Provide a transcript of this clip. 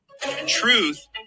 Truth